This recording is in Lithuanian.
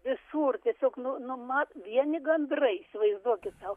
visur tiesiog nu nu ma vieni gandrai įsivaizduokit sau